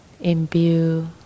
Imbue